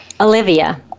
Olivia